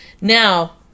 Now